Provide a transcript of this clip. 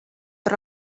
per